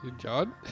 John